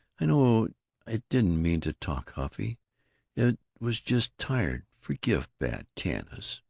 i know it didn't mean to talk huffy it was just tired. forgive bad tanis.